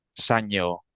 Sanyo